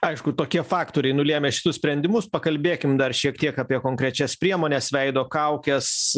aišku tokie faktoriai nulėmė šitus sprendimus pakalbėkim dar šiek tiek apie konkrečias priemones veido kaukes